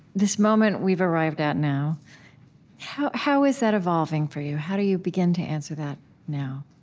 this moment we've arrived at now how how is that evolving for you? how do you begin to answer that now?